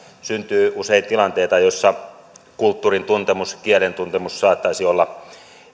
syntyy usein tilanteita joissa kulttuurin tuntemus kielen tuntemus saattaisi olla